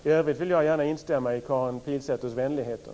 I övrigt vill jag gärna instämma i Karin Pilsäters vänligheter.